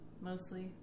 mostly